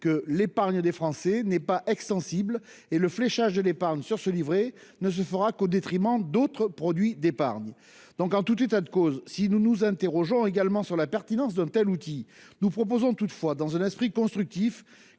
que l'épargne des Français n'est pas extensible et le fléchage de l'épargne sur ce livret ne se fera qu'au détriment d'autres produits d'épargne. Donc en tout état de cause, si nous nous interrogeons également sur la pertinence d'un tel outil. Nous proposons toutefois dans un esprit constructif